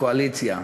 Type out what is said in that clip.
מושך לקואליציה,